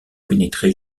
pénétrer